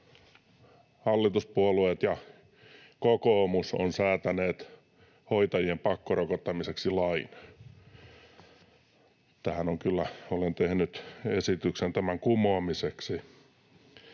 Hallituspuolueet ja kokoomus ovat säätäneet hoitajien pakkorokottamiseksi lain. Olen kyllä tehnyt esityksen tämän kumoamiseksi